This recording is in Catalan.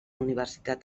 universitat